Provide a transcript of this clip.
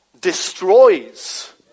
destroys